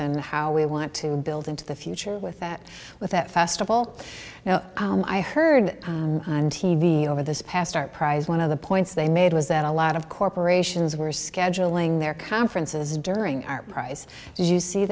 and how we want to build into the future with that with that festival now i heard and t v over this past art prize one of the points they made was that a lot of corporations were scheduling their conferences during our price you see